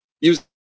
use